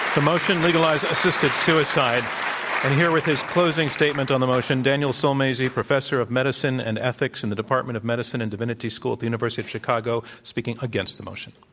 the motion, legalize assisted suicide, and here with his closing statement on the motion, daniel sulmasy, professor of medicine and ethics in the depa rtment of medicine and divinity school at the university of chicago, speaking against the motion.